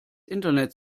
internet